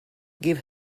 give